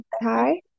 hi